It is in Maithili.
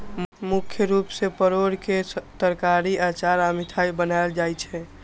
मुख्य रूप सं परोर के तरकारी, अचार आ मिठाइ बनायल जाइ छै